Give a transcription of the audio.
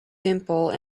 simple